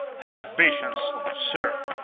have patience, sir,